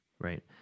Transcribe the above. right